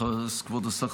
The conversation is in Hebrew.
כבוד השר,